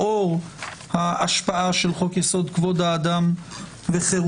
לאור ההשפעה של חוק יסוד: כבוד האדם וחירותו,